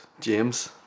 James